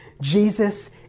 Jesus